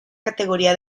categoría